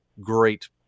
great